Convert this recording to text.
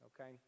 okay